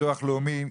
הביטוח הלאומי,